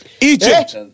Egypt